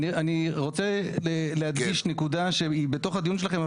אני רוצה להדגיש נקודה שהיא בתוך הדיון שלכם,